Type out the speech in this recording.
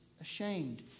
ashamed